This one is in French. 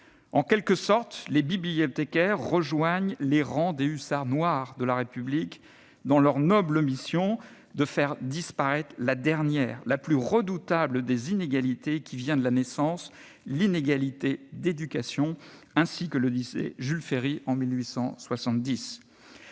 En quelque sorte, les bibliothécaires rejoignent les rangs des hussards noirs de la République dans leur noble mission de « faire disparaître la dernière, la plus redoutable des inégalités qui viennent de la naissance, l'inégalité d'éducation », ainsi que le disait Jules Ferry en 1870.